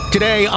Today